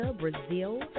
Brazil